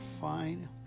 fine